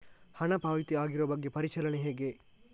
ಹಣ ಪಾವತಿ ಆಗಿರುವ ಬಗ್ಗೆ ಪರಿಶೀಲನೆ ಹೇಗೆ?